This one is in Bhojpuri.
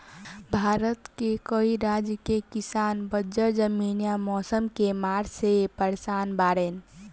भारत के कई राज के किसान बंजर जमीन या मौसम के मार से परेसान बाड़ेन